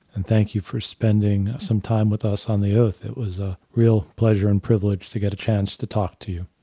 and thank you for spending some time with us on the oath it was a real pleasure and privilege to get a chance to talk to you.